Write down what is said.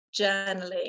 journaling